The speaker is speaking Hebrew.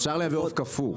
אפשר לייבא עוף קפוא.